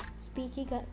speaking